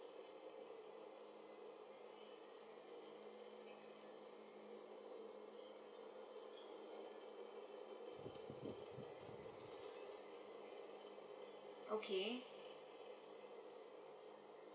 okay